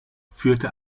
führte